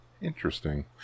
Interesting